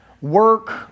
work